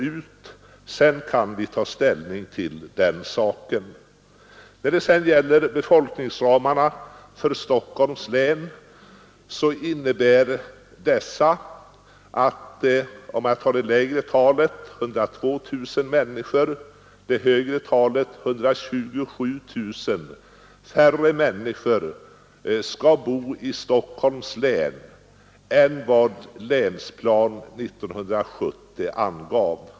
Därefter kan vi ta ställning Befolkningsramarna i Stockholm innebär att 102 000 färre människor Måndagen den — det lägre talet — eller 127 000 färre människor — det högre talet — 28 maj 1973 skall bo i Stockholms län än vad Länsplan 70 angav.